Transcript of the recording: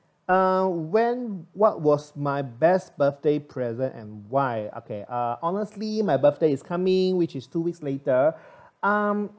uh when what was my best birthday present and why okay uh honestly my birthday's coming which is two weeks later um